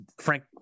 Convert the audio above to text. Frank